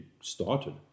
started